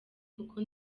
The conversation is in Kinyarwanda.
kuko